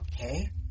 okay